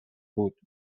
بود